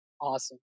awesome